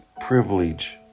privilege